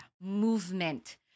movement